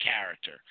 character